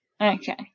Okay